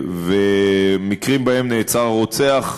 מקרים שבהם נעצר הרוצח,